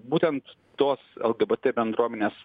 būtent tos lgbt bendruomenės